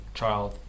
child